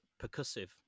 percussive